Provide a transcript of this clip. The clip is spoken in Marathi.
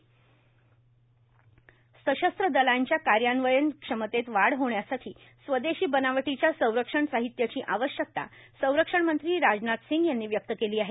राजनाथ सिंग एआयआर सशस्त्र दलांच्या कार्यान्वयन क्षमतेत वाढ होण्यासाठी स्वदेशी बनावटीच्या संरक्षण साहित्याची आवश्यकता संरक्षणमंत्री राजनाथ सिंग यांनी व्यक्त केली आहे